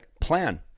plan